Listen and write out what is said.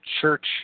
church